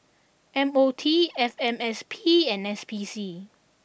M O T F M S P and S P C